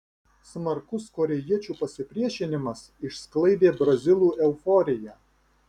smarkus korėjiečių pasipriešinimas išsklaidė brazilų euforiją